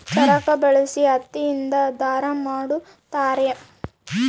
ಚರಕ ಬಳಸಿ ಹತ್ತಿ ಇಂದ ದಾರ ಮಾಡುತ್ತಾರೆ